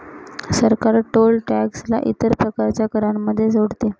सरकार toll tax ला इतर प्रकारच्या करांमध्ये जोडते